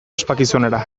ospakizunera